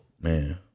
Man